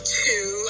two